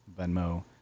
Venmo